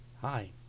Hi